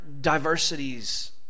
diversities